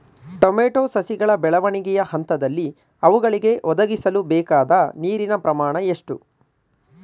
Tomato ಸಸಿಗಳ ಬೆಳವಣಿಗೆಯ ಹಂತದಲ್ಲಿ ಅವುಗಳಿಗೆ ಒದಗಿಸಲುಬೇಕಾದ ನೀರಿನ ಪ್ರಮಾಣ ಎಷ್ಟು?